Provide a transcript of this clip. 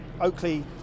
Oakley